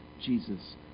Jesus